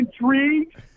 intrigued